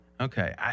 Okay